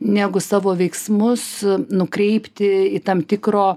negu savo veiksmus nukreipti į tam tikro